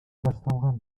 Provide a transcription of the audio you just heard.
башталган